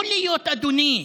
יכול להיות, אדוני,